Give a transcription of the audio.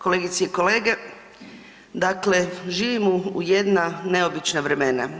Kolegice i kolege, dakle živimo jedna neobična vremena.